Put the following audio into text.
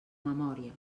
memòria